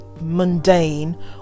mundane